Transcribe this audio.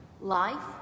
life